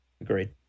Agreed